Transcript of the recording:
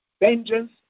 vengeance